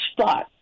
spot